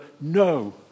no